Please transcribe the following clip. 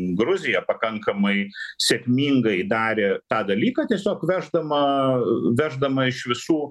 gruzija pakankamai sėkmingai darė tą dalyką tiesiog veždama veždama iš visų